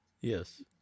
Yes